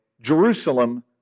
Jerusalem